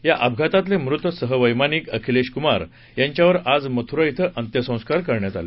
या अपघातातले मृत सहवैमानिक अखिलेश कुमार यांच्यावर आज मथुरा श्विं अंत्यसंस्कार करण्यात आले